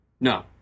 No